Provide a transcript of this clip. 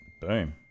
boom